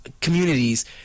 communities